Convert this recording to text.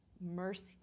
mercy